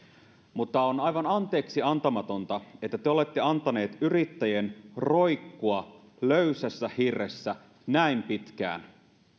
mutta on aivan anteeksiantamatonta että te te olette antaneet yrittäjien roikkua löysässä hirressä näin pitkään